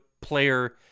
player